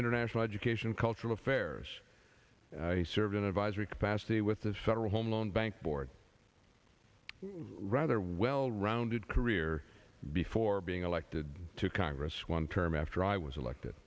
international education cultural affairs he served in advisory capacity with the federal home loan bank board rather well rounded career before being elected to congress one term after i was elected